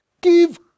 Give